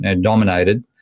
dominated